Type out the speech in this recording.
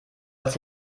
als